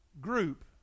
group